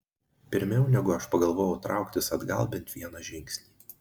pirmiau negu aš pagalvojau trauktis atgal bent vieną žingsnį